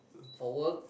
for work